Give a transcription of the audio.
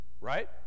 right